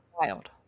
Wild